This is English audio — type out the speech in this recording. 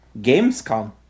Gamescom